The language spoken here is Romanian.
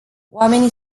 oamenii